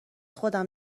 خودم